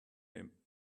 him